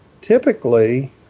typically